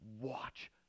Watch